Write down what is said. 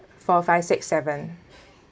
four five six seven